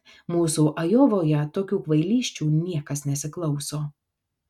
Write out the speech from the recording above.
mūsų ajovoje tokių kvailysčių niekas nesiklauso